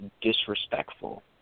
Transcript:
disrespectful